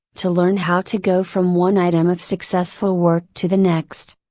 to learn how to go from one item of successful work to the next.